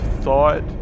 thought